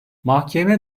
mahkeme